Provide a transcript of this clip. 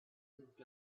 moved